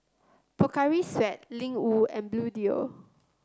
Pocari Sweat Ling Wu and Bluedio